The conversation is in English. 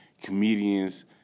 Comedians